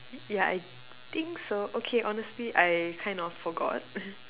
yeah I think so okay honestly I kind of forgot